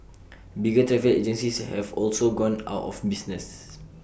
bigger travel agencies have also gone out of business